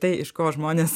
tai iš ko žmonės